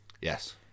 Yes